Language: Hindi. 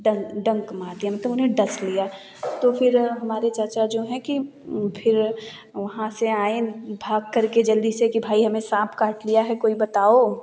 डंक डंक मार दिया मतलब उन्हें डस लिया तो फिर हमारे चाचा जो है कि फिर वहाँ से आए भाग कर के जल्दी से कि भाई हमें साँप काट लिया है कोई बताओ